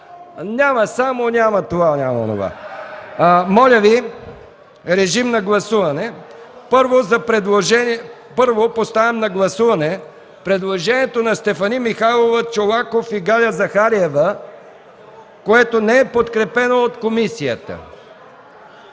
Иванов. Шум и реплики.) Моля Ви, режим на гласуване. Първо, поставям на гласуване предложението на Стефани Михайлова, Иван Чолаков и Галя Захариева, което не е подкрепено от комисията.